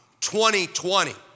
2020